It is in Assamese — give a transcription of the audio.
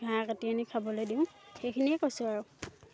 ঘাঁহ কাটি আনি খাবলৈ দিওঁ সেইখিনিয়ে কৈছোঁ আৰু